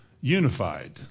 unified